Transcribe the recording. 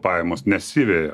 pajamos nesiveja